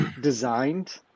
designed